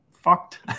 fucked